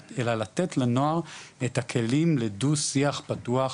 אלא לתת לנוער את הכלים לדו שיח פתוח,